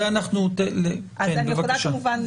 כן, בבקשה.